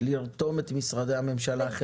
לרתום את משרדי הממשלה.